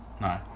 no